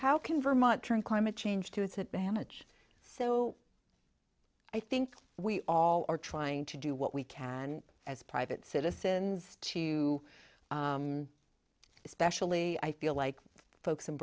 how can vermont turn climate change to its advantage so i think we all are trying to do what we can as private citizens to especially i feel like folks in